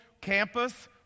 campus